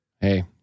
Hey